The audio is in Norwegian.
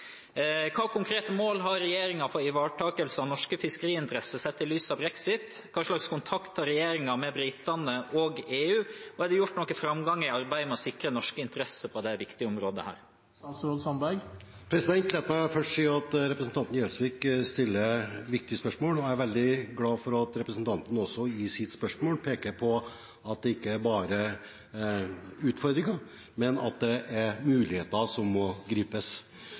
konkrete mål har regjeringen for ivaretakelse av norske fiskeriinteresser sett i lys av brexit, hvilken kontakt har regjeringen med britene og EU, og er det gjort noen fremgang i arbeidet med å sikre norske interesser på dette viktige området?» La meg først si at representanten Gjelsvik stiller et viktig spørsmål, og jeg er veldig glad for at representanten i sitt spørsmål også peker på at det ikke bare er utfordringer, men at det er muligheter som må gripes.